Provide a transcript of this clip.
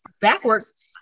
backwards